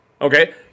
okay